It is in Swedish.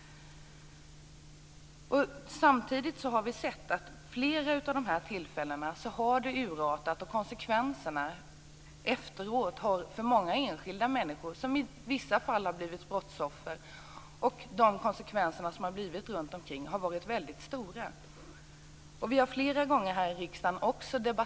Vid flera av dessa tillfällen har det urartat. Enskilda människor har i vissa fall blivit brottsoffer. Konsekvenserna har varit väldigt stora. Vi har flera gånger här i riksdagen debatterat frågan.